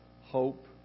hope